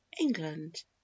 england